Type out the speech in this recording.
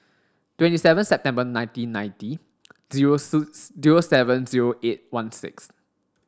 twenty seven September nineteen ninety zero zero seven zero eight one six